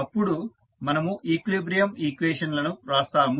అప్పుడు మనము equilibrium equation లను వ్రాస్తాము